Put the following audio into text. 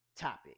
topic